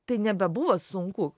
tai nebebuvo sunku